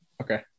Okay